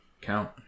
count